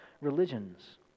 religions